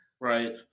Right